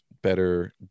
better